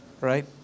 right